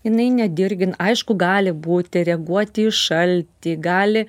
jinai nedirgina aišku gali būti reaguoti į šaltį gali